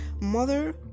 mother